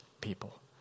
people